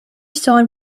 song